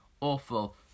awful